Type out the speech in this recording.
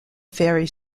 ferry